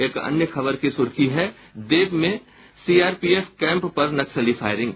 एक अन्य खबर की सुर्खी है देव में सीआरपीएफ कैम्प पर नक्सली फायरिंग